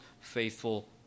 faithful